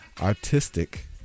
artistic